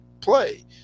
play